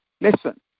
listen